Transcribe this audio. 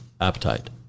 appetite